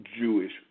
Jewish